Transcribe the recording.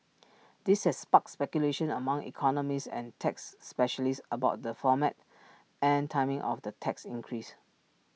this has sparked speculation among economists and tax specialists about the format and timing of the tax increase